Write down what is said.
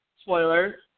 spoiler